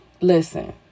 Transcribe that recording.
listen